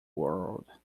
world